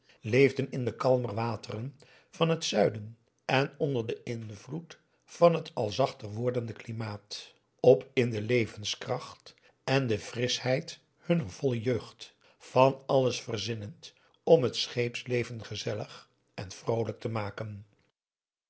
leefden in de kalmer wateren van het zuiden en onder den invloed van het al zachter wordende klimaat op in de levenskracht en de frischheid hunner volle jeugd van alles verzinnend om het scheepsleven gezellig en vroolijk te maken